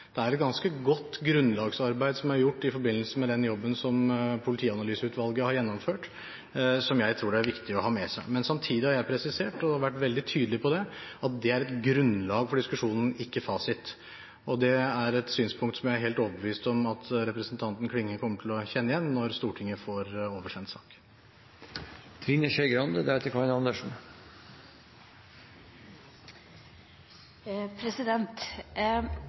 Det er et ganske godt grunnlagsarbeid som er gjort i forbindelse med den jobben som Politianalyseutvalget har gjennomført, som jeg tror det er viktig å ha med seg. Samtidig har jeg presisert – og vært veldig tydelig på – at det er et grunnlag for diskusjonen, ikke fasit. Det er et synspunkt som jeg er helt overbevist om at representanten Klinge kommer til å kjenne igjen når Stortinget får oversendt